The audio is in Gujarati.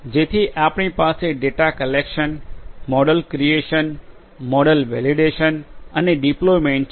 જેથી આપણી પાસે data collection model creation model validation અને ડિપ્લોયમેન્ટ છે